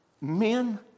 men